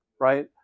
right